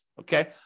Okay